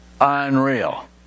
unreal